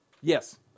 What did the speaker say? Yes